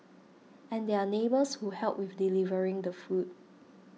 and there are neighbours who help with delivering the food